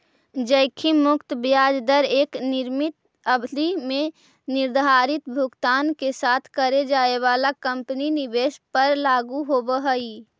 जोखिम मुक्त ब्याज दर एक निश्चित अवधि में निर्धारित भुगतान के साथ करे जाए वाला काल्पनिक निवेश पर लागू होवऽ हई